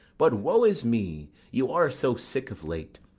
but, woe is me, you are so sick of late,